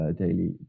daily